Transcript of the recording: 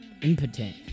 impotent